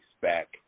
back